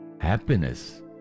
happiness